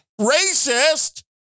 Racist